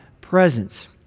presence